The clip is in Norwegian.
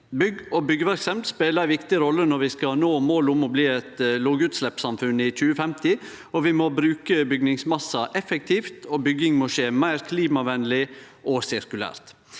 Bygg og byggjeverksemd spelar ei viktig rolle når vi skal nå målet om å bli eit lågutsleppssamfunn i 2050. Vi må bruke bygningsmassen effektivt, og bygging må skje meir klimavenleg og sirkulært.